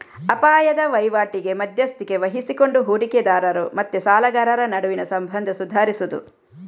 ಅಪಾಯದ ವೈವಾಟಿಗೆ ಮಧ್ಯಸ್ಥಿಕೆ ವಹಿಸಿಕೊಂಡು ಹೂಡಿಕೆದಾರರು ಮತ್ತೆ ಸಾಲಗಾರರ ನಡುವಿನ ಸಂಬಂಧ ಸುಧಾರಿಸುದು